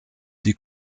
die